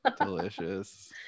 Delicious